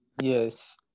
Yes